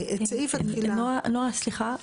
נעה, סליחה.